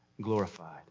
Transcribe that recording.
glorified